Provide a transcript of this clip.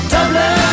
Dublin